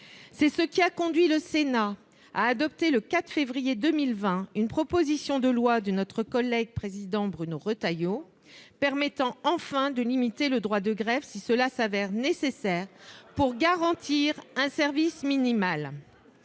C'est ce qui a conduit le Sénat à adopter, le 4 février 2020, une proposition de loi de notre collègue Bruno Retailleau, qui permet enfin de limiter le droit de grève si cela se révèle nécessaire pour garantir un service minimal.